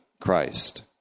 Christ